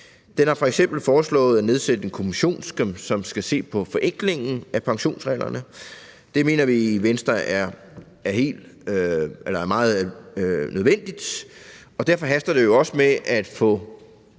Den har f.eks. foreslået at nedsætte en kommission, som skal se på en forenkling af pensionsreglerne. Det mener vi i Venstre er meget nødvendigt, og derfor haster det jo også med at få